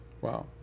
wow